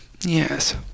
Yes